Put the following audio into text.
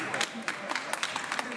כל